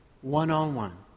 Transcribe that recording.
one-on-one